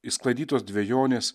išsklaidytos dvejonės